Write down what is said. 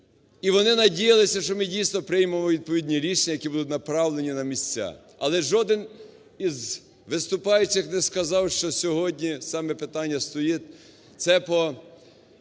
і вони надіялися, що ми дійсно приймемо відповідні рішення, які будуть направлені на місця. Але жоден із виступаючих не сказав, що сьогодні саме питання стоїть,